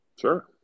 Sure